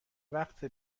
وقت